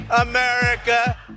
America